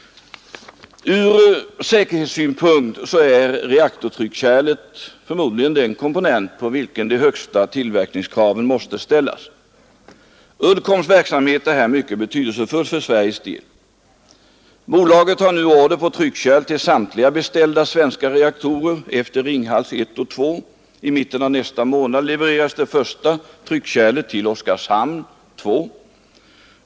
Ur säkerhetssynpunkt är reaktortryckkärlet förmodligen den komponent på vilken de högsta tillverkningskraven måste ställas. Uddcombs verksamhet är här mycket betydelsefull för Sveriges del. Bolaget har nu order på tryckkärl till samtliga beställda svenska reaktorer efter Ringhals 1 och 2. I mitten av nästa månad levereras det första tryckkärlet till Oskarshamn 2.